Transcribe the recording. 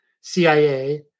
CIA